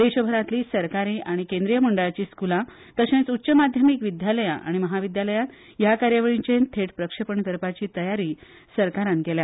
देशभरातली सरकारी आनी केंद्रिय मंडळाची स्क्लां तशेच उच्च माध्यमिक विद्यालया आनी महाविद्यालयांत ह्या कार्यावळींचे थेट प्रक्षेपण करपाची तयारी सरकारान केल्या